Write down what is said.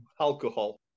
alcohol